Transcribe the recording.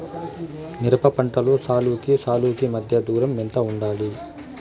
మిరప పంటలో సాలుకి సాలుకీ మధ్య దూరం ఎంత వుండాలి?